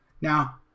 Now